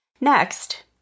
Next